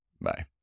Bye